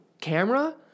camera